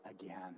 again